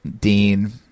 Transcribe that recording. dean